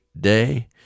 day